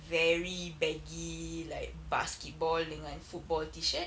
very baggy like basketball dengan football T-shirt